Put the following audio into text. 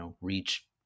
reach